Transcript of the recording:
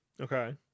Okay